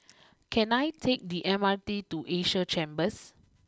can I take the M R T to Asia Chambers